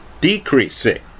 decreasing